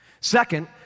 Second